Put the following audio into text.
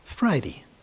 Friday